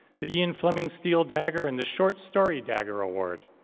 the ian fleming steel dagger and the short story dagger award.